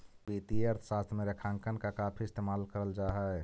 वित्तीय अर्थशास्त्र में रेखांकन का काफी इस्तेमाल करल जा हई